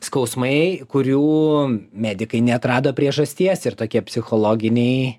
skausmai kurių medikai neatrado priežasties ir tokie psichologiniai